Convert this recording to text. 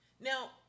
Now